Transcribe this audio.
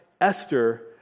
Esther